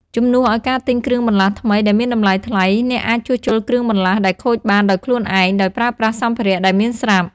ជំនួសឲ្យការទិញគ្រឿងបន្លាស់ថ្មីដែលមានតម្លៃថ្លៃ អ្នកអាចជួសជុលគ្រឿងបន្លាស់ដែលខូចបានដោយខ្លួនឯង ដោយប្រើប្រាស់សម្ភារៈដែលមានស្រាប់។